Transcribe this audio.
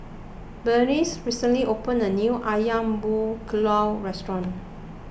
Beatrice recently opened a new Ayam Buah Keluak Restaurant